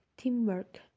Teamwork